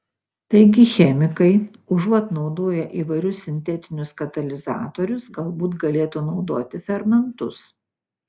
taigi chemikai užuot naudoję įvairius sintetinius katalizatorius galbūt galėtų naudoti fermentus